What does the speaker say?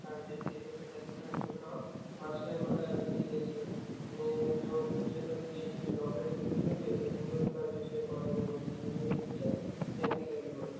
સાઠ જેવી એટલે પચાસથી સાઠ છોકરાઓ માસ્ટરમાં ડિગ્રી લે છે ને જો ઉચ્ચતર પીએચડી ડૉક્ટરેટ ડિગ્રી કરીએ તો સુરત બાજુ છે કોલેજ મોટી યુનિવર્સિટી છે ત્યાંથી કરવી પડે